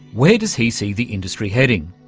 where does he see the industry heading?